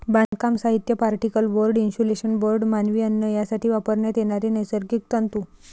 बांधकाम साहित्य, particle board, insulation board, मानवी अन्न यासाठी वापरण्यात येणारे नैसर्गिक तंतू